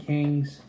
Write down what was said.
Kings